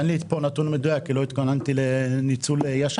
אין לי כאן את הנתון המדויק כי לא התכוננתי לדבר על הניצול הישן.